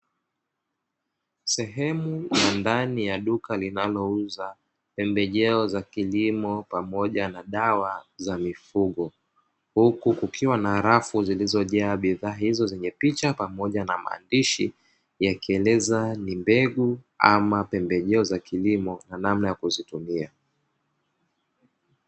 Sehemu ya ndani ya duka linalouza pembejeo za kilimo pamoja na dawa za mifugo huku kukiwa na rafu, zilizojaa bidhaa hizo zenye picha pamoja na maandishi yakieleza ni mbegu ama pembejeo za kilimo na namna ya kuzitumia.